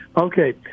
Okay